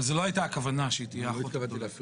אבל זאת לא הייתה הכוונה שהיא תהיה האחות הגדולה.